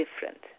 different